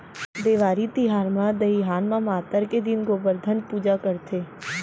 देवारी तिहार म दइहान म मातर के दिन गोबरधन पूजा करथे